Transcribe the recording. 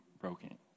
broken